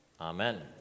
amen